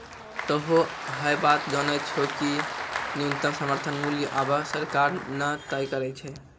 तोहों है बात जानै छौ कि न्यूनतम समर्थन मूल्य आबॅ सरकार न तय करै छै